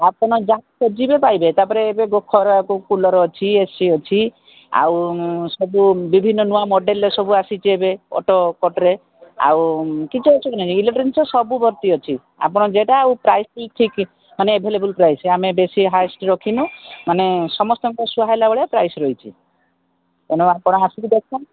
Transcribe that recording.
ଆପଣ ଯାହା ଖୋଜିବେ ପାଇବେ ତା'ପରେ ଏବେ ଖରା କୁଲର୍ ଅଛି ଏ ସି ଅଛି ଆଉ ସବୁ ବିଭିନ୍ନ ନୂଆ ମଡ଼େଲ୍ରେ ସବୁ ଆସିଛି ଏବେ ଅଟୋ କଟ୍ରେ ଆଉ କିଛି ଅଛି କି ନାହିଁ ଇଲେକ୍ଟ୍ରୋନିକ୍ସ ଜିନିଷ ସବୁ ଭର୍ତ୍ତି ଅଛି ଆପଣ ଯେଉଁଟା ଆଉ ପ୍ରାଇସ୍ ବି ମାନେ ଠିକ୍ ଆଭେଲେବୁଲ୍ ପ୍ରାଇସ୍ ଆମେ ବେଶୀ ହାଏଷ୍ଟ୍ ରଖି ନଉ ମାନେ ସମସ୍ତଙ୍କୁ ସୁହାଇଲା ଭଳିଆ ପ୍ରାଇସ୍ ରହିଛି କାଇଁକି ନା ଆପଣ ଆସିକି ଦେଖନ୍ତୁ